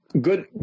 Good